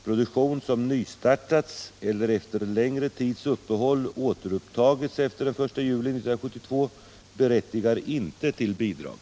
Produktion som nystartats eller efter längre tids uppehåll återupptagits efter den 1 juli 1972 berättigar inte till bidrag.